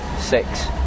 six